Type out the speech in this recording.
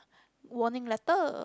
warning letter